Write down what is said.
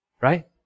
right